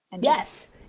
Yes